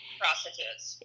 prostitutes